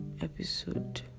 episode